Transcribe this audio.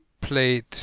played